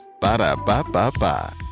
Ba-da-ba-ba-ba